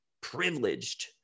privileged